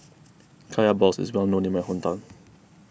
Kaya Balls is well known in my hometown